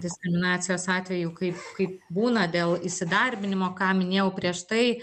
diskriminacijos atvejų kai kaip būna dėl įsidarbinimo ką minėjau prieš tai